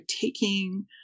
taking